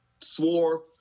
swore